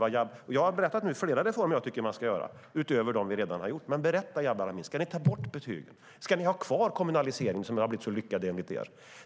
och jag har berättat om flera reformer som bör göras utöver dem vi redan gjort. Berätta, Jabar Amin! Ska ni ta bort betygen? Ska ni ha kvar kommunaliseringen, som är så lyckad enligt er?